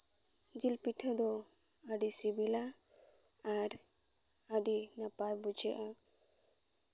ᱡᱤᱞ ᱯᱤᱴᱷᱟᱹ ᱫᱚ ᱟᱹᱰᱤ ᱥᱤᱵᱤᱞᱟ ᱟᱨ ᱟᱹᱰᱤ ᱱᱟᱯᱟᱭ ᱵᱩᱡᱷᱟᱹᱜᱼᱟ